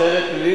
אני לא יודע.